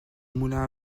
moulins